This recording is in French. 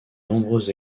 nombreuses